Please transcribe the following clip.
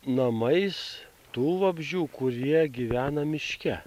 namais tų vabzdžių kurie gyvena miške